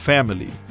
Family